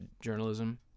journalism